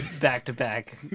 Back-to-back